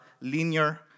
linear